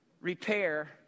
repair